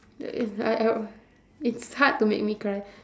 the it's hard to make me cry